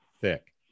thick